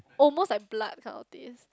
almost like blood kind of taste